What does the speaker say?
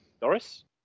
Doris